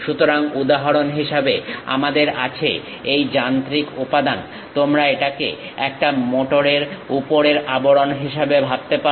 সুতরাং উদাহরণ হিসেবে আমাদের আছে এই যান্ত্রিক উপাদান তোমরা এটাকে একটা মোটর এর উপরের আবরণ হিসেবে ভাবতে পারো